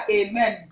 amen